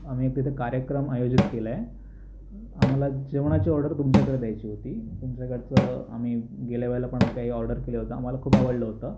आम्ही तिथे कार्यक्रम आयोजित केलाय आम्हाला जेवणाची ऑर्डर तुमच्याकडे द्यायची होती तुमच्याकडचं आम्ही गेल्यावेळेला पण काही ऑर्डर केलं होतं आम्हाला खूप आवडलं होतं